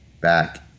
back